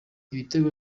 ibitego